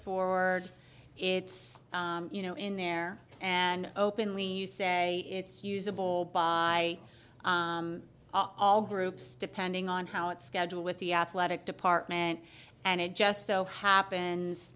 for it's you know in there and openly you say it's usable by all groups depending on how it's schedule with the athletic department and it just so happens